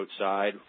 outside